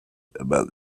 about